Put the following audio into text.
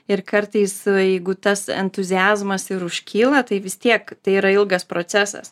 ir kartais jeigu tas entuziazmas ir užkyla tai vis tiek tai yra ilgas procesas